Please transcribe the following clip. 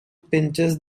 pinches